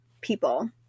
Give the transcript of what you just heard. people